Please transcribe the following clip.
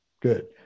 good